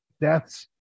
deaths